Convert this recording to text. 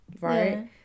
Right